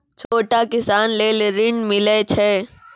छोटा किसान लेल ॠन मिलय छै?